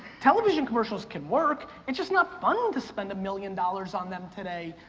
television commercials can work, it's just not fun to spend a million dollars on them today,